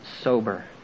sober